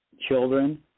children